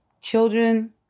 children